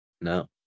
no